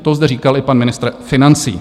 To zde říkal i pan ministr financí.